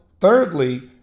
thirdly